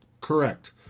Correct